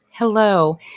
Hello